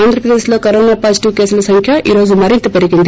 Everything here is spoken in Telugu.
ఆంధ్రప్రదేశ్లో కరోనా పాజిటివ్ కేసుల సంఖ్య ఈ రోజు మరింత పెరిగింది